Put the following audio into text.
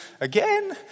Again